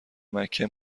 مکه